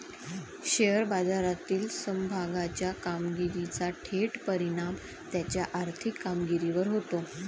share बाजारातील समभागाच्या कामगिरीचा थेट परिणाम त्याच्या आर्थिक कामगिरीवर होतो